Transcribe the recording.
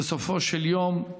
בסופו של יום,